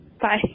Bye